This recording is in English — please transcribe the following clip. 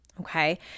Okay